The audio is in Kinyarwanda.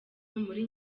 muri